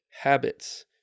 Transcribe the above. habits